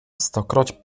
stokroć